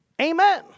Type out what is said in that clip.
Amen